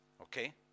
okay